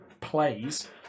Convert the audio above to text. plays